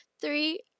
three